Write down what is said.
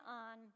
on